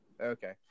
okay